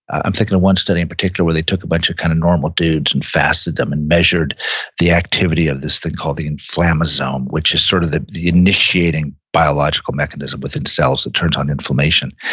i'm thinking of one study in particular where they took a bunch of kind of normal dudes and fasted them and measured the activity of this thing called the inflammasome, which is sort of the the initiating biological mechanism within cells that turns on inflammation.